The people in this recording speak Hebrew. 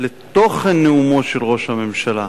לתוכן נאומו של ראש הממשלה.